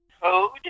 code